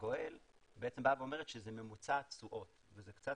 גואל בעצם באה ואומרת שזה ממוצע התשואות וזה קצת,